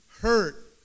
hurt